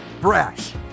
Brash